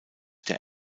der